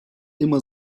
immer